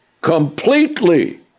completely